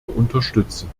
unterstützen